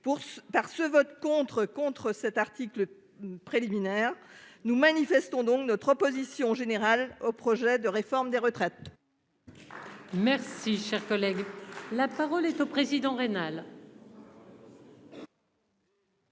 par ce vote contre contre cet article. Préliminaire nous manifestons donc notre position générale au projet de réforme des retraites. Merci, cher collègue, la parole est au président rénale.